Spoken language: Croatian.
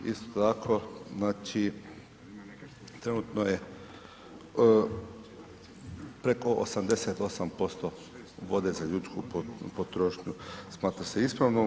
Isto tako, znači trenutno je preko 88% vode za ljudsku potrošnju smatra se ispravnom.